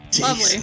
Lovely